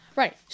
right